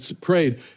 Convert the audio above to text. prayed